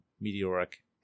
meteoric